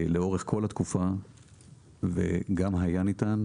לאורך כל התקופה וגם היה ניתן,